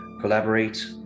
collaborate